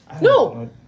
No